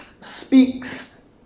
speaks